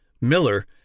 Miller